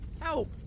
Help